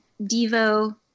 Devo